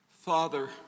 Father